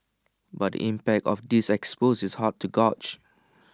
but impact of this expose is hard to gauge